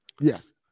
Yes